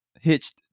hitched